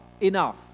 enough